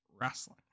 wrestling